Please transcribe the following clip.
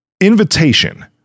invitation